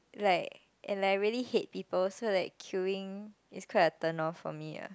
like and I really hate people so like queueing is quite a turn off for me ah